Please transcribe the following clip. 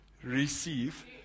receive